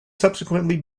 subsequently